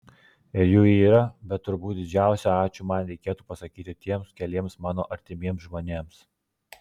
ir jų yra bet turbūt didžiausią ačiū man reikėtų pasakyti tiems keliems mano artimiems žmonėms